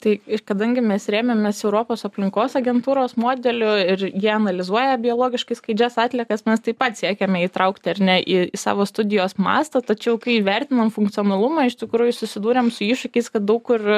tai kadangi mes rėmėmės europos aplinkos agentūros modeliu ir jie analizuoja biologiškai skaidžias atliekas mes taip pat siekiame įtraukti ar ne į savo studijos mastą tačiau kai įvertinant funkcionalumą iš tikrųjų susidūrėm su iššūkiais kad daug kur